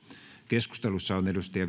keskustelussa on